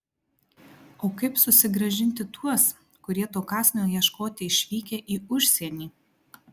o kaip susigrąžinti tuos kurie to kąsnio ieškoti išvykę į užsienį